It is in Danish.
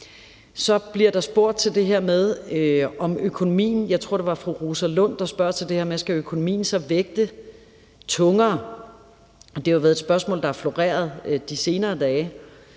Så bliver der spurgt til det her med økonomien. Jeg tror, det var fru Rosa Lund, der spurgte til det her med, om økonomien så skal vægte tungere. Det er jo et spørgsmål, der har floreret de senere dage,